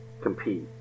compete